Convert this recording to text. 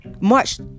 March